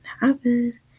happen